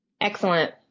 Excellent